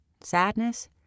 sadness